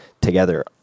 together